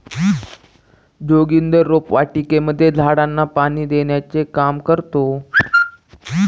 जोगिंदर रोपवाटिकेमध्ये झाडांना पाणी देण्याचे काम करतो